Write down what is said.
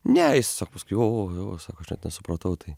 ne jis sako o o sako aš net nesupratau supratau tai